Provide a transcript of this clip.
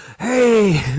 hey